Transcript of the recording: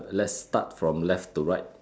let's start from left to right